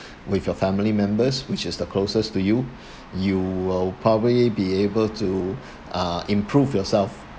with your family members which is the closest to you you will probably be able to uh improve yourself